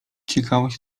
ciekawość